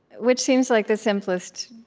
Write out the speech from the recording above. which seems like the simplest,